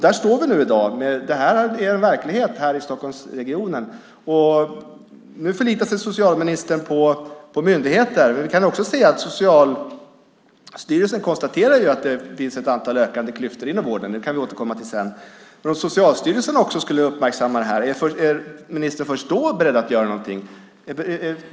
Där står vi nu i dag. Det här är verklighet här i Stockholmsregionen. Nu förlitar sig socialministern på myndigheter, men Socialstyrelsen konstaterar ju att det finns ett antal ökande klyftor inom vården. Det kan vi återkomma till sedan. Om Socialstyrelsen också skulle uppmärksamma det här, är ministern först då beredd att göra någonting?